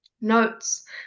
notes